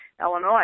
Illinois